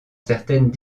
certaines